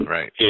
Right